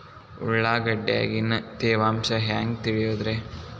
ಉಳ್ಳಾಗಡ್ಯಾಗಿನ ತೇವಾಂಶ ಹ್ಯಾಂಗ್ ತಿಳಿಯೋದ್ರೇ?